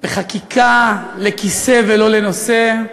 בחקיקה לכיסא ולא לנושא.